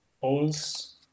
holes